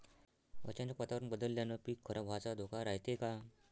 अचानक वातावरण बदलल्यानं पीक खराब व्हाचा धोका रायते का?